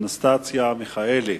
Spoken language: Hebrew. אנסטסיה מיכאלי.